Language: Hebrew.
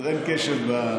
אין קשב.